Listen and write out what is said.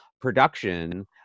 production